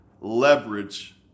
leverage